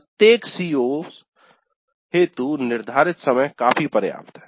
प्रत्येक CO CO's हेतु निर्धारित समय काफी पर्याप्त है